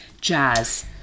jazz